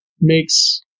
makes